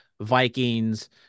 Vikings